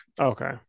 okay